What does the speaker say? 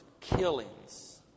killings